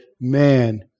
man